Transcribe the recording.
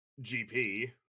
GP